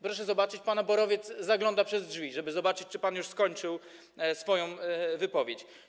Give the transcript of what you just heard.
Proszę zobaczyć, pana BOR-owiec zagląda przez drzwi, żeby zobaczyć, czy pan już skończył swoją wypowiedź.